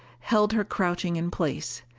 held her crouching in place.